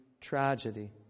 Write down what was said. tragedy